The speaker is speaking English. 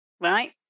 right